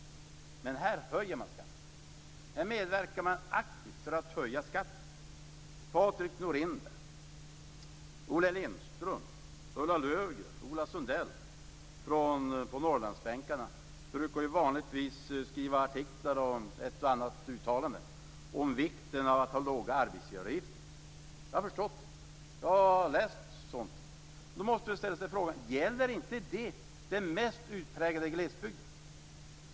Men här medverkar man aktivt till att höja skatten. Patrik Norinder, Olle Lindström, Ulla Löfgren och Ola Sundell på Norrlandsbänken brukar vanligtvis skriva artiklar och göra ett och annat uttalande om vikten av att ha låga arbetsgivaravgifter. Jag har förstått det och läst dessa artiklar. Då måste jag ställa frågan: Gäller inte detta den mest utpräglade glesbygden?